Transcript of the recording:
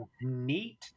neat